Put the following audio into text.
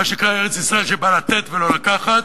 מה שנקרא: ארץ-ישראל שבאה כדי לתת ולא לקחת,